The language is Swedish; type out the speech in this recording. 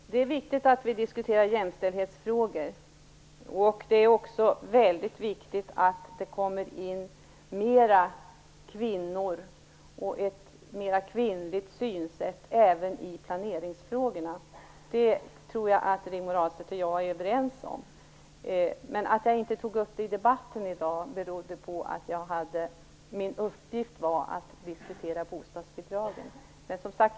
Fru talman! Det är viktigt att vi diskuterar jämställdhetsfrågor. Det är också väldigt viktigt att få in fler kvinnor och ett mer kvinnligt synsätt även i planeringsfrågorna. Det tror jag att vi är överens om. Att jag inte tog upp det i debatten beror på att min uppgift var att diskutera bostadsbidragen.